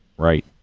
right.